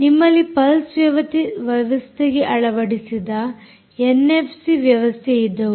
ನಿಮ್ಮಲ್ಲಿ ಪಲ್ಸ್ ವ್ಯವಸ್ಥೆಗೆ ಅಳವಡಿಸಿದ ಎನ್ಎಫ್ಸಿ ವ್ಯವಸ್ಥೆ ಇದ್ದವು